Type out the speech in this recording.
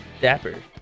Dapper